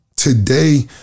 Today